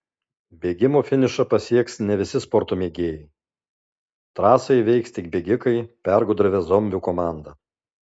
bėgimo finišą pasieks ne visi sporto mėgėjai trasą įveiks tik bėgikai pergudravę zombių komandą